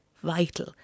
vital